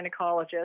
gynecologist